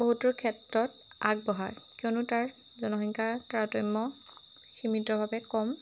বহুতৰ ক্ষেত্ৰত আগবঢ়া কিয়নো তাৰ জনসংখ্যাৰ তাৰতম্য সীমিতভাৱে কম